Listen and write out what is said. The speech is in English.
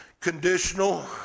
conditional